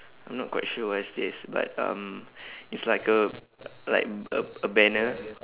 I'm not quite sure what is this but um it's like a like a b~ a banner